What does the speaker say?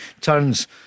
Turns